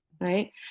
right